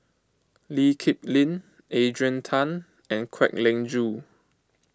Lee Kip Lin Adrian Tan and Kwek Leng Joo